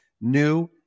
new